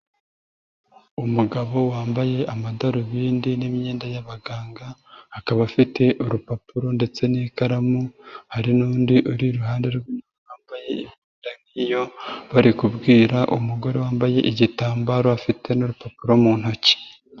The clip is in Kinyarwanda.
Umugabo wambaye amadarubindi n'imyenda y'abaganga, akaba afite urupapuro ndetse n'ikaramu, hari n'undi uri iruhande rwe wambaye imyenda nk'iyo, bari kubwira umugore wambaye igitambaro afite n'urupapuro mu ntoki.